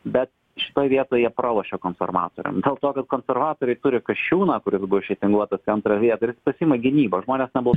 bet šitoj vietoj jie pralošė konservatoriam dėl to kad konservatoriai turi kasčiūną kuris buvo išreitinguotas į antrą vietą ir jis pasiima gynybą žmonės nebal